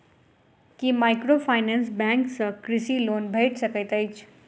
की microfinance bank सँ कृषि loan भेटि सकैत अछि?